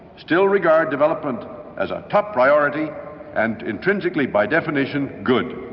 still regard development as a top priority and intrinsically by definition, good.